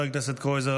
חבר הכנסת קרויזר,